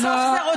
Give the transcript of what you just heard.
ובסוף זה רותח.